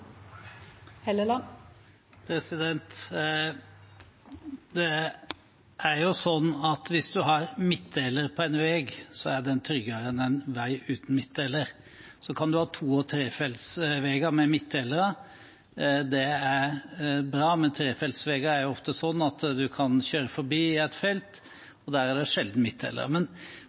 Hvis en har midtdeler på en vei, er den tryggere enn en vei uten midtdeler. Så kan man ha to- og trefeltsveier med midtdelere. Det er bra, men trefeltsveier er ofte sånn at en kan kjøre forbi i ett felt, og der er det sjelden